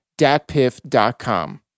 datpiff.com